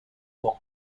for